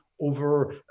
over